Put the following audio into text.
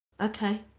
Okay